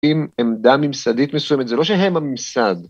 ‫עם עמדה ממסדית מסוימת. ‫זה לא שהם הממסד.